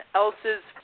else's